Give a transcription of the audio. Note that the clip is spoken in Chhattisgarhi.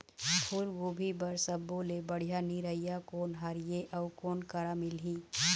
फूलगोभी बर सब्बो ले बढ़िया निरैया कोन हर ये अउ कोन करा मिलही?